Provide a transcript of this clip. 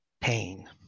pain